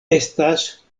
estas